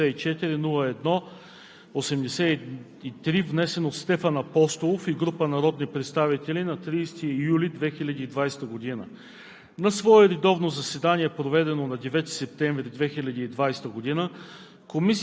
Закона за изменение и допълнение на Закона за физическото възпитание и спорта, № 054-01-83, внесен от Стефан Апостолов и група народни представители на 30 юли 2020 г.